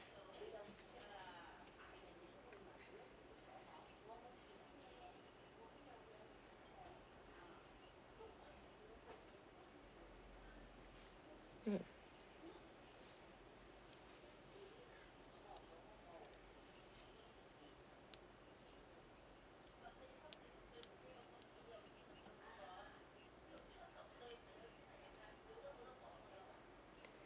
mm